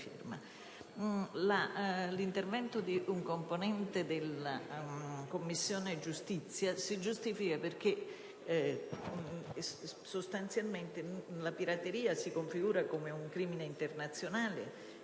L'intervento di un componente della Commissione giustizia si giustifica perché sostanzialmente la pirateria si configura come un crimine internazionale